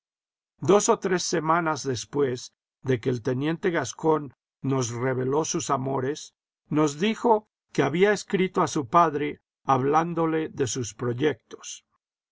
dos o tres semanas después de que el teniente gascón nos reveló sus amores nos dijo que había escrito a su padre hablándole de sus proyectos